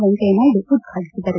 ವೆಂಕಯ್ತ ನಾಯ್ದು ಉದ್ಘಾಟಿಸಿದರು